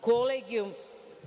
kolegijum